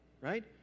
right